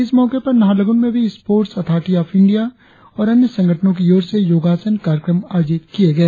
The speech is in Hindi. इस मौके पर नाहरलगुन में भी स्पोटर्स अथॉरिटी ऑफ इंडिया और अन्य संगठनों की ओर से योगासन कार्यक्रम आयोजित किये गए